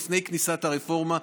לפני כניסת הרפורמה,